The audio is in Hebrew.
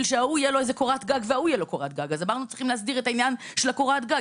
שההוא תהיה לו איזו קורת גג וההוא תהיה לו קורת גג,